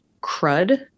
crud